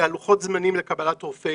ולוחות הזמנים לקבל רופא